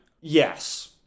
Yes